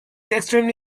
extremely